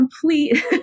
complete